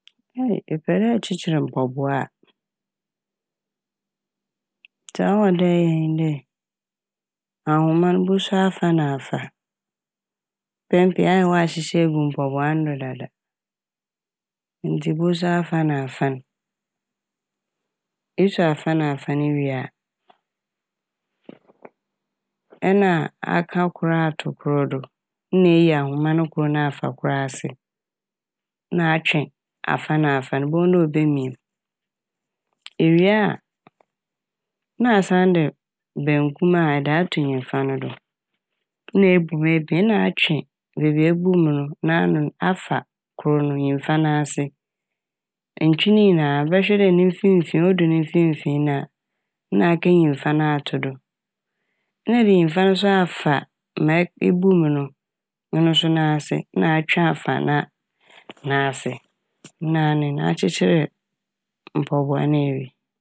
Epɛ dɛ ɛkyekyer mpaboa a, dza ɔwɔ dɛ eyɛ nye dɛ ahoma n' ebosuo fa na afa. Mpɛn pii no ɛyɛ a ɔahyehyɛ egu mpaboa no do dada ntsi ebosuo fa na fa n', esuo afa na afa ne wie a ɛna aka kor ato kor do nna eyi ahoma no kor no afa kor ase a na atwe afa na afa n' ibohu dɛ obemia m'. Iwie a na asan de bankum a ɛde ato nyimfa no do na ebu mu ebien na atwe beebi a ebu mu no n'ano afa kor no nyimfa n'ase, nntwe ne nyinaa bɛhwɛ dɛ ne finfin, odu ne finfin no a na aka nyimfa no ato do ne ede nyimfa no so afa ma e- ebu mu no ɔno so n'ase na atwe afa na- n'ase naa nye n' akyekyeree mpaboa ne ewie.